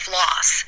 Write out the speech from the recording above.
loss